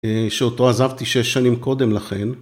שאותו עזבתי שש שנים קודם לכן.